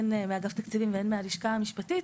הן מאגף תקציבים והן מהלשכה המשפטית.